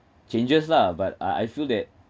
changes lah but ah I feel that